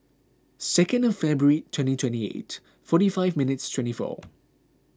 second Febuary twenty twenty eight forty five minutes twenty four